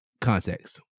context